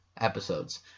episodes